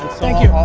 thank you,